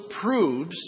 proves